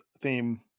theme